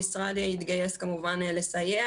המשרד כמובן יתגייס לסייע,